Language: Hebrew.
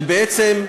ובעצם,